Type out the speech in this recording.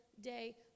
day